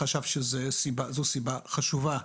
חשב שזו סיבה חשובה.